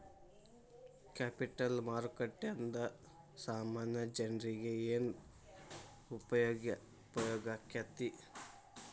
Capital ಮಾರುಕಟ್ಟೇಂದಾ ಸಾಮಾನ್ಯ ಜನ್ರೇಗೆ ಏನ್ ಉಪ್ಯೊಗಾಕ್ಕೇತಿ?